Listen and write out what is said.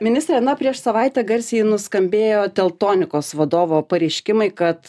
ministre na prieš savaitę garsiai nuskambėjo teltonikos vadovo pareiškimai kad